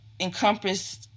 encompass